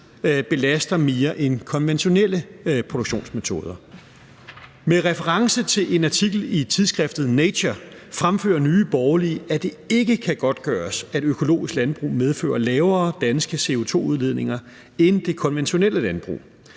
belaster mere end konventionelle produktionsmetoder. Med reference til en artikel i tidsskriftet Nature fremfører Nye Borgerlige, at det ikke kan godtgøres, at økologisk landbrug medfører lavere danske CO2-udledninger end det konventionelle landbrug.